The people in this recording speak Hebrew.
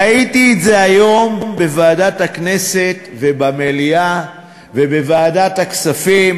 ראיתי את זה היום בוועדת הכנסת ובמליאה ובוועדת הכספים,